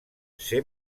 ser